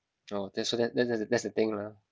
oh that's so then then that's the that's the thing lah